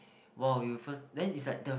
!wow! you first then is like the